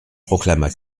proclama